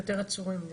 ויותר עצורים.